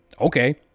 Okay